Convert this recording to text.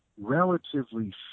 relatively